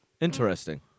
Interesting